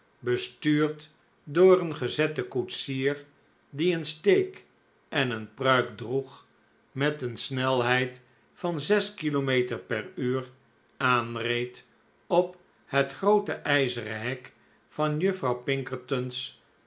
bestuurd door een p i i p gezetten koetsier die een steek en een pruik droeg met een snelheid van zes v k m per uur aanreed op het groote ijzeren hek van juffrouw